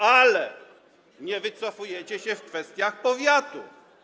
Ale nie wycofujecie się w kwestiach powiatu.